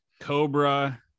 Cobra